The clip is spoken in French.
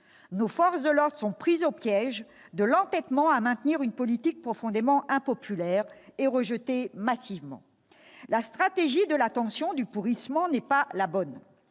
Nos forces de l'ordre sont prises au piège de l'entêtement à maintenir une politique profondément impopulaire et rejetée massivement. La stratégie de la tension, du pourrissement, n'est pas la bonne.